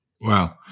Wow